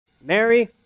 Mary